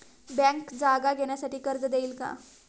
Bank जागा घेण्यासाठी कर्ज देईल का?